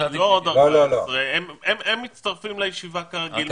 לא עוד 14. הם מצטרפים לישיבה כרגיל.